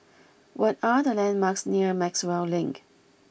what are the landmarks near Maxwell Link